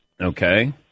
Okay